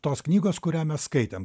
tos knygos kurią mes skaitėm